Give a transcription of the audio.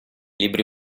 libri